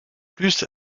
plus